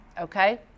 Okay